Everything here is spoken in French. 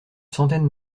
centaine